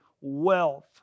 wealth